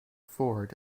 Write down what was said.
forward